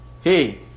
hey